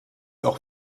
auch